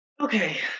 Okay